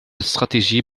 stratégie